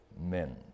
men